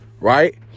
right